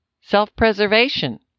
Self-preservation